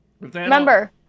remember